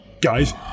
guys